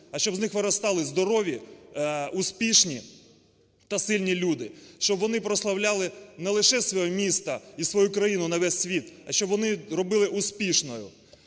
а щоб з них виростали здорові, успішні та сильні люди, щоб вони прославляли не лише своє місто і свою країну на весь світ, а щоб вони робили успішною.